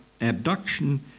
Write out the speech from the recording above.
abduction